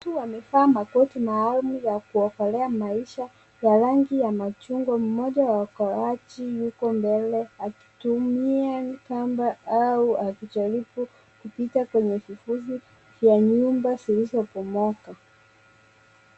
Watu wamevaa makoti maalum ya kuokolea maisha ya rangi ya machungwa mmoja wa waokoaji yuko mbele akitumia au akijaribu kupita kwenye vifuzi vya nyumba zilizobomoka.